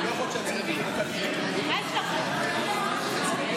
טוב, חברי הכנסת, אני עובר